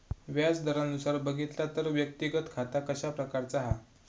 व्याज दरानुसार बघितला तर व्यक्तिगत खाता कशा प्रकारचा हा?